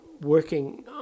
working